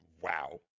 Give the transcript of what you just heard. Wow